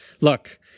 look